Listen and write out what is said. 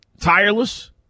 tireless